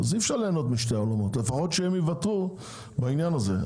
אי אפשר ליהנות משני העולמות; לפחות שהם יבעטו בעניין הזה.